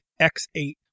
X8